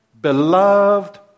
beloved